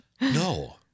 No